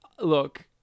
Look